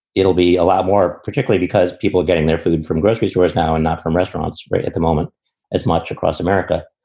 it'll be a lot more, particularly because people are getting their food from grocery stores now and not from restaurants right at the moment as much across america.